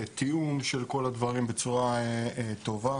תיאום של כל הדברים בצורה טובה.